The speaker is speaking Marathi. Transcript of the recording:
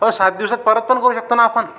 हो सात दिवसात परत पण करू शकतो ना आपण